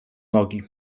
nogi